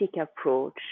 approach